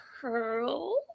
Curl